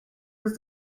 his